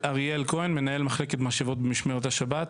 כהן, מנהל מחלקת משאבות במשמרת השבת.